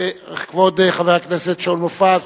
כבוד חבר הכנסת שאול מופז,